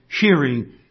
hearing